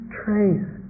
trace